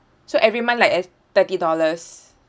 so every month like it's thirty dollars